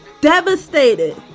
devastated